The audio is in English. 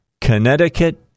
Connecticut